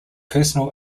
personal